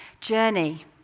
journey